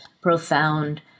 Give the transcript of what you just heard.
profound